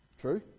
True